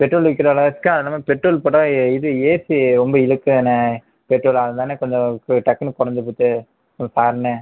petrol விற்கிற விலைவாசிக்கி அது இல்லாமல் பெட்ரோல் போட்டால் இது வந்து ஏசி ரொம்ப இழுக்குதுண்ணே பெட்ரோல் ஆகுதுதாண்ணே கொஞ்சம் டக்குனு குறஞ்சு போயிட்டு ம்ம் சாரிண்ணே